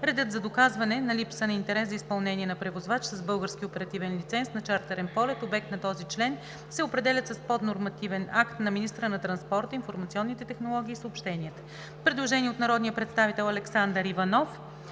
Редът за доказване на липса на интерес за изпълнение от превозвач с български оперативен лиценз на чартърен полет, обект на този член, се определят с поднормативен акт на министъра на транспорта, информационните технологии и съобщенията.“ Предложение на народния представител Александър Иванов.